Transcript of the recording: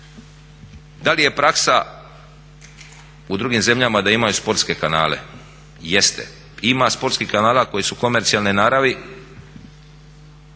Da li je praksa u drugim zemljama da imaju sportske kanale? Jeste i ima sportskih kanala koji su komercijalne naravi